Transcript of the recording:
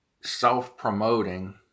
self-promoting